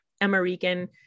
American